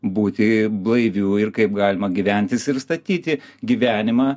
būti blaiviu ir kaip galima gyventi ir statyti gyvenimą